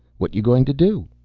what you going to do?